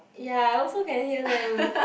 ya I also can hear them